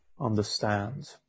understand